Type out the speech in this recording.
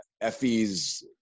Effie's